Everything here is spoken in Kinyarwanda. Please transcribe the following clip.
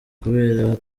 kubera